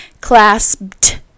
clasped